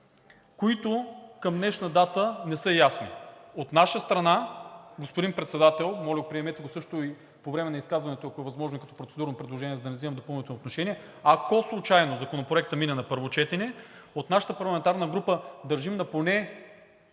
които към днешна дата не са ясни. От наша страна, господин Председател, моля, приемете го също и по време на изказването, ако е възможно, като процедурно предложение, за да не взимам допълнително отношение, ако случайно Законопроектът мине на първо четене, от нашата парламентарна група държим на поне